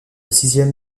sixième